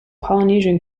polynesian